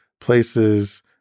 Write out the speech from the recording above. places